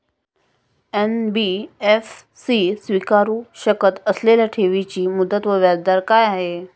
NBFC स्वीकारु शकत असलेल्या ठेवीची मुदत व व्याजदर काय आहे?